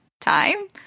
time